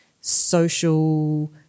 social